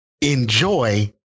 enjoy